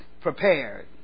prepared